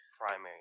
primary